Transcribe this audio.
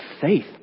faith